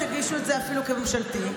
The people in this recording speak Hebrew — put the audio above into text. תגישו את זה אפילו כממשלתי,